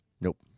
Nope